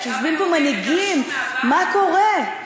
יושבים פה מנהיגים, מה קורה?